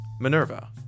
Minerva